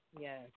Yes